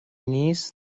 نیست